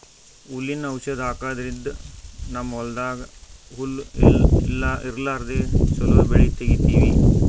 ಹುಲ್ಲಿನ್ ಔಷಧ್ ಹಾಕದ್ರಿಂದ್ ನಮ್ಮ್ ಹೊಲ್ದಾಗ್ ಹುಲ್ಲ್ ಇರ್ಲಾರ್ದೆ ಚೊಲೋ ಬೆಳಿ ತೆಗೀತೀವಿ